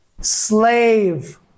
slave